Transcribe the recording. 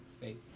Faith